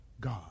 God